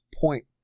point